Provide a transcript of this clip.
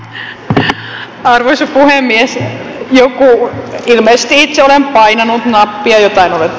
hän oivalsi menneensä ilmeisesti olen painanut nappia täällä